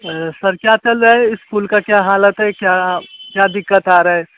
sir क्या चल रहा है स्कूल का क्या हालत है क्या क्या दिक्कत आ रहा है